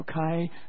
Okay